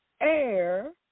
air